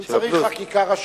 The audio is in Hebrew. אם צריך חקיקה ראשית,